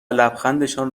لبخندشان